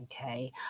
Okay